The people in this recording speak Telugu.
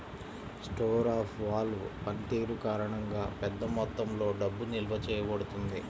స్టోర్ ఆఫ్ వాల్వ్ పనితీరు కారణంగా, పెద్ద మొత్తంలో డబ్బు నిల్వ చేయబడుతుంది